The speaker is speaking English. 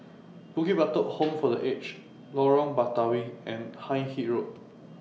Bukit Batok Home For The Aged Lorong Batawi and Hindhede Road